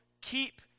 keep